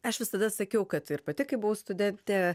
aš visada sakiau kad ir pati kai buvau studentė